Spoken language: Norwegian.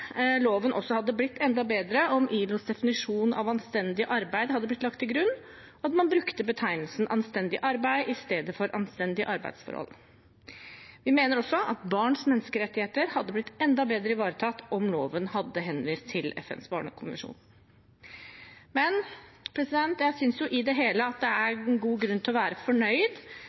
loven også hadde blitt enda bedre om ILOs definisjon av anstendig arbeid hadde blitt lagt til grunn, og at man brukte betegnelsen «anstendig arbeid» i stedet for «anstendige arbeidsforhold». Vi mener også at barns menneskerettigheter hadde blitt enda bedre ivaretatt om loven hadde henvist til FNs barnekonvensjon. Men jeg synes i det hele at det er god grunn til å være fornøyd